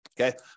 Okay